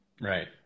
right